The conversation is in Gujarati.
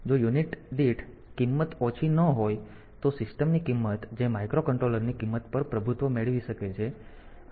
તેથી જો યુનિટ દીઠ કિંમત ઓછી ન હોય તો સિસ્ટમની કિંમત જે માઇક્રોકન્ટ્રોલરની કિંમત પર પ્રભુત્વ મેળવી શકે છે